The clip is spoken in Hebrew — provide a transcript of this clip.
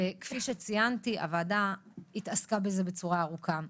כפי שציינתי, הוועדה התעסקה בזה בצורה ארוכה,